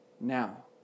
now